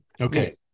Okay